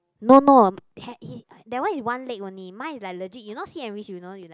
no no that one is one leg only mine is like legit you know sit and reach you know you like